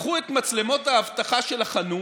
לקחו את מצלמות האבטחה של החנות,